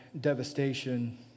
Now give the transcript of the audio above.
devastation